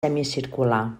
semicircular